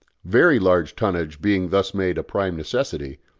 very large tonnage being thus made a prime necessity,